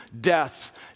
death